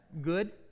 good